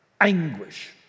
anguish